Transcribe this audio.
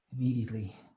immediately